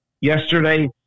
yesterday